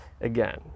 again